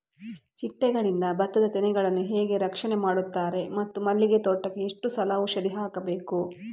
ಚಿಟ್ಟೆಗಳಿಂದ ಭತ್ತದ ತೆನೆಗಳನ್ನು ಹೇಗೆ ರಕ್ಷಣೆ ಮಾಡುತ್ತಾರೆ ಮತ್ತು ಮಲ್ಲಿಗೆ ತೋಟಕ್ಕೆ ಎಷ್ಟು ಸಲ ಔಷಧಿ ಹಾಕಬೇಕು?